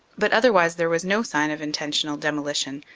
but otherwise there was no sign of intentional demolition,